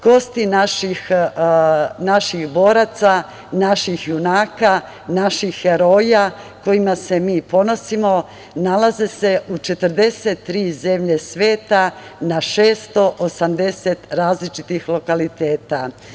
Kosti naših boraca, naših junaka, naših heroja kojima se mi ponosimo nalaze se u 43 zemlje sveta na 680 različitih lokaliteta.